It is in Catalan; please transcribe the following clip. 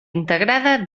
integrada